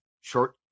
short